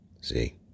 See